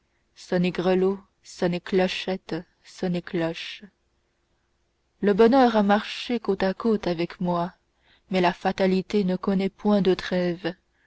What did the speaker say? sonnez grelots sonnez clochettes sonnez cloches le bonheur a marché côte à côte avec moi mais la fatalité ne connaît point de trêve